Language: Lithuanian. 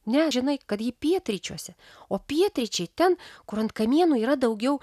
ne žinai kad ji pietryčiuose o pietryčiai ten kur ant kamienų yra daugiau